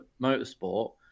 motorsport